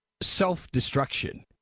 self-destruction